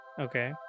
Okay